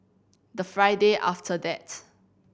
the Friday after that